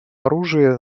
оружия